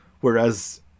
Whereas